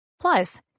plus